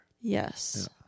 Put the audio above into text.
Yes